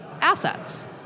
assets